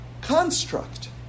construct